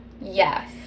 yes